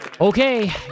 Okay